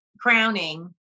crowning